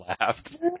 laughed